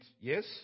yes